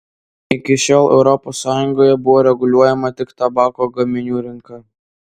iki šiol europos sąjungoje buvo reguliuojama tik tabako gaminių rinka